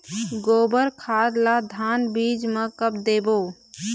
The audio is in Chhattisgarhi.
गोबर खाद ला धान बीज म कब देबो?